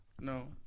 no